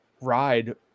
ride